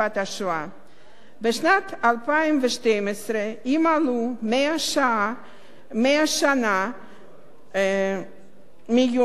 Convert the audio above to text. בשנת 2012 ימלאו 100 שנה מיום הולדתו.